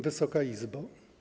Wysoka Izbo!